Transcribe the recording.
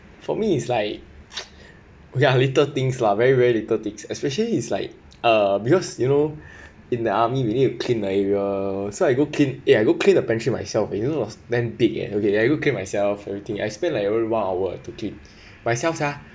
for me is like ya little things lah very very little things especially it's like uh because you know in the army you need to clean area so I go clean eh I go clean the pantry myself eh you know was damn thick eh and okay ya then I go clean myself everything I spend like almost one hour to clean myself ah